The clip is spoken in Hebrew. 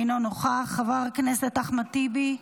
אינו נוכח, חבר הכנסת אחמד טיבי,